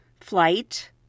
flight